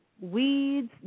weeds